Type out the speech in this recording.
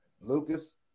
Lucas